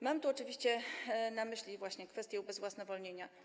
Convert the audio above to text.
Mam tu oczywiście na myśli właśnie kwestię ubezwłasnowolnienia.